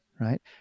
right